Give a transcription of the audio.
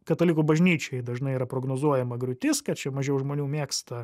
katalikų bažnyčiai dažnai yra prognozuojama griūtis kad čia mažiau žmonių mėgsta